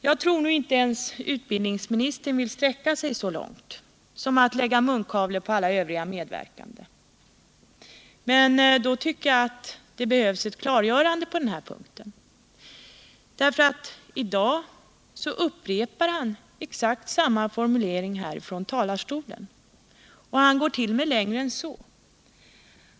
Jag tror nu att inte ens utbildningsministern vill sträcka sig så långt som till att lägga munkavle på alla övriga medverkande. Men då tycker jag att det behövs ett klargörande på den här punkten. Utbildningsministern upprepar i dag exakt samma formulering härifrån talarstolen. Han gårt.o.m. längre än så.